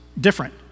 different